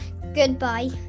Goodbye